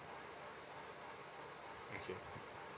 okay